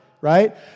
right